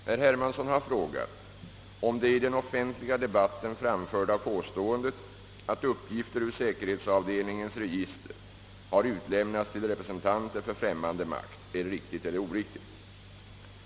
Herr Hermansson har frågat, om det i den offentliga debatten framförda påståendet att uppgifter ur säkerhetsavdelningens register har utlämnats till representanter för främmande makt är riktigt eller oriktigt.